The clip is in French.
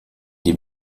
des